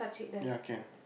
ya can